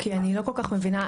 כי אני לא כל כך מבינה.